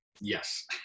Yes